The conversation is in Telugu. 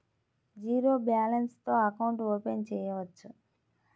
జీరో బాలన్స్ తో అకౌంట్ ఓపెన్ చేయవచ్చు?